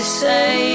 say